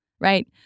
right